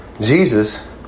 Jesus